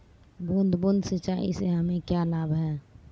बूंद बूंद सिंचाई से हमें क्या लाभ है?